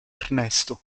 ernesto